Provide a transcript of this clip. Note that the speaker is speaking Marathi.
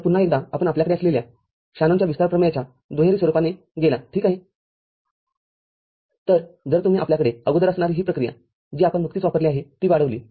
तर पुन्हा एकदा आपण आपल्याकडे असलेल्या शॅनॉनच्या विस्तार प्रमेयाच्या दुहेरी स्वरूपाने गेला ठीक आहेतर जर तुम्ही आपल्याकडे अगोदर असणारी ही प्रक्रियाजी आपण नुकतीच वापरली आहे ती वाढविली